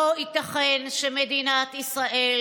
לא ייתכן שמדינת ישראל,